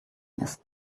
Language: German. ist